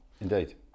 Indeed